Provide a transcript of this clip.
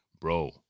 Bro